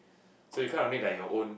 so you kinda need like your own